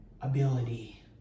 ability